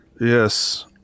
Yes